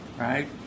right